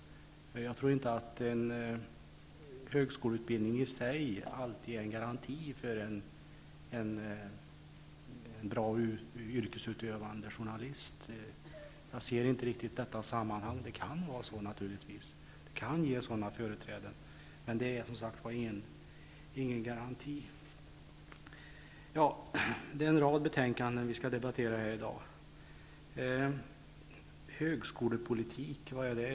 Jag tror inte att en högskoleutbildning i sig alltid är en garanti för en bra yrkesutövande journalist. Jag ser inte riktigt detta sammanhang. Det kan naturligtvis vara så, det kan ge sådana företräden, men det är som sagt ingen garanti. Det är en rad betänkanden som vi skall debattera här i dag. Högskolepolitik, vad är det?